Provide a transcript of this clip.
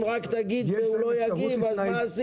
אם אתה רק תגיד והוא לא יגיב אז מה עשינו?